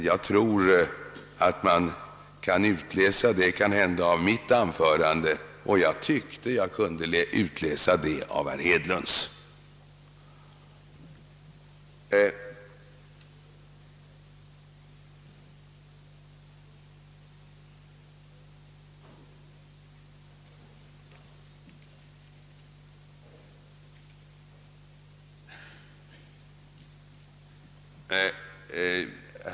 Jag tror att man möjligen kan utläsa det av mitt anförande, och jag tyckte mig kunna utläsa det av herr Hedlunds.